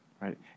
right